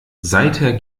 seither